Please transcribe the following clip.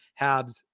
Habs